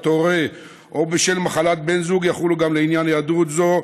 הורה או בשל מחלת בן זוג יחולו גם לעניין היעדרות זו,